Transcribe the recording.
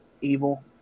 evil